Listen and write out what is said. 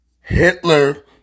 Hitler